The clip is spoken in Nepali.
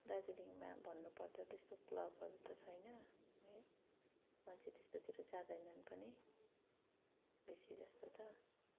दार्जिलिङमा भन्नु पर्दा त्यस्तो क्लबहरू त छैन अनि मान्छे त्यस्तोतिर जाँदैनन् पनि बेसी जस्तो त